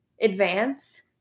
advance